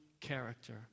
character